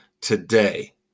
today